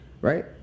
Right